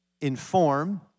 inform